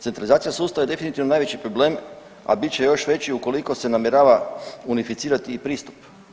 Centralizacija sustava je definitivno najveći problem, a bit će još veći ukoliko se namjerava unificirati i pristup.